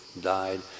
died